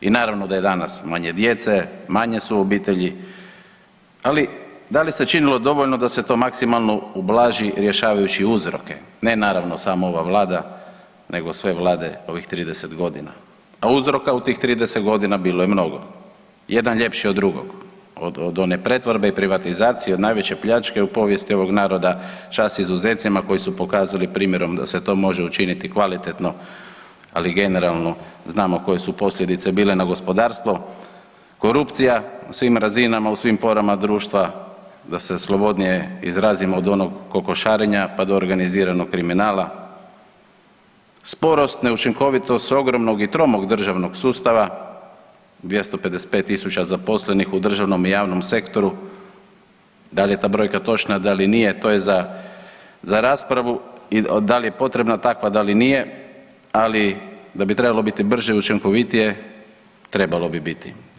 I naravno da je danas manje djece, manje su obitelji, ali da li se činilo dovoljno da se to maksimalno ublaži rješavajući uzroke, ne naravno samo ova vlada nego sve vlade ovih 30.g., a uzroka u tih 30.g. bilo je mnogo, jedan ljepši od drugog, od one pretvorbe i privatizacije od najveće pljačke u povijesti ovog naroda, čast izuzecima koji su pokazali primjerom da se to može učiniti kvalitetno, ali generalno znamo koje su posljedice bile na gospodarstvo, korupcija na svim razinama, u svim porama društva, da se slobodnije izrazim od onog kokošarenja, pa do organiziranog kriminala, sporost i neučinkovitost ogromnog i tromog državnog sustava, 255.000 zaposlenih u državnom i javnom sektoru, da li je ta brojka točna, da li nije, to je za, za raspravu i da li je potrebna takva, da li nije, ali da bi trebalo biti brže i učinkovitije trebalo bi biti.